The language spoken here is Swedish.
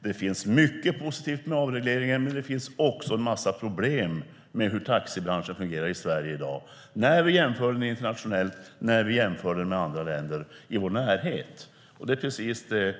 Det finns mycket positivt med avregleringen, men det finns också en mängd problem med hur taxibranschen i Sverige fungerar i dag när vi jämför den med länder i vår närhet. Det var precis det